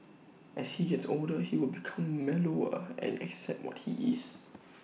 as he gets older he will become mellower and accept what he is